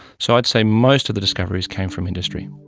so i'd say most of the discoveries came from industry.